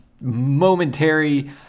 momentary